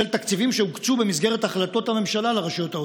תקציבים שהוקצו במסגרת החלטות הממשלה לרשויות העוטף.